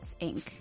Inc